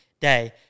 day